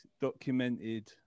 documented